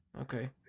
Okay